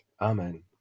amen